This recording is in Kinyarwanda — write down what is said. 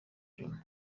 juma